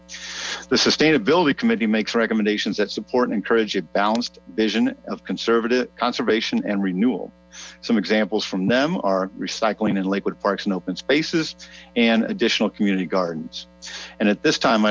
the sustainability committee makes recommendations that support and encourage balanced vision of conservative conservation and renewal some examples from them are recycling and lakewood parks and open spaces and additional community gardens and at this time